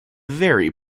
very